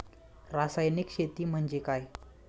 रासायनिक शेती म्हणजे काय?